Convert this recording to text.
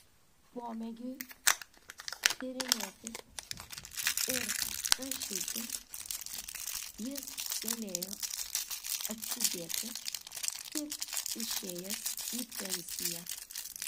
pomėgiui tyrinėti ir rašyti jis galėjo atsidėti tik išėjęs į pensiją